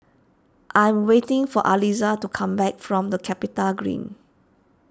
I am waiting for Aliza to come back from the CapitaGreen